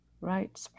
right